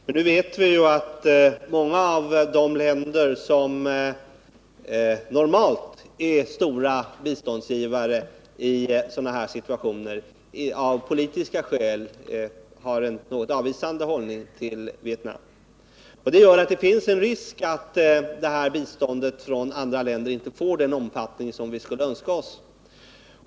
Men nu vet vi att många av de länder som normalt är stora biståndsgivare i sådana här situationer av politiska skäl har en något avvisande hållning till Vietnam. Därför finns det risk för att biståndet från andra länder inte får den omfattning som vi skulle önska oss.